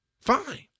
Fine